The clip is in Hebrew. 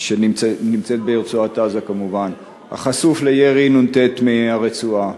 שנמצאת ברצועת-עזה כמובן, החשוף לירי נ"ט מהרצועה.